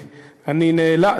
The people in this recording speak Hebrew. אני נאלץ,